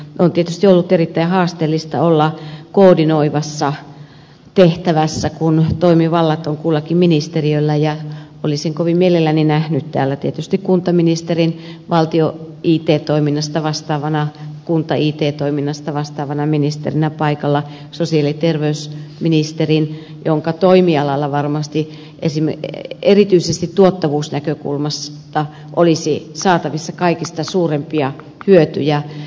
on tietysti ollut erittäin haasteellista olla koordinoivassa tehtävässä kun toimivallat on kullakin ministeriöllä ja olisin kovin mielelläni nähnyt täällä tietysti kuntaministerin valtio it toiminnasta vastaavana kunta it toiminnasta vastaavana ministerinä paikalla sosiaali ja terveysministerin jonka toimialalla varmasti erityisesti tuottavuusnäkökulmasta olisi saatavissa kaikista suurimpia hyötyjä